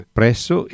presso